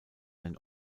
den